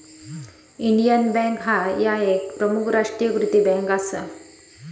Indian bank ह्या एक प्रमुख राष्ट्रीयीकृत बँक असा